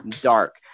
dark